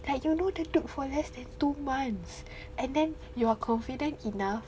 like you know they took for less than two months and then you are confident enough